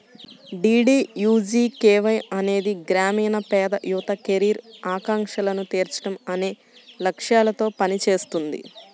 DDUGKY అనేది గ్రామీణ పేద యువత కెరీర్ ఆకాంక్షలను తీర్చడం అనే లక్ష్యాలతో పనిచేస్తుంది